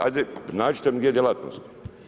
Ajde, nađite mi gdje je djelatnost.